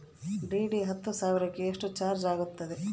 DD ಹತ್ತು ಸಾವಿರಕ್ಕೆ ಎಷ್ಟು ಚಾಜ್೯ ಆಗತ್ತೆ?